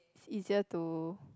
easier to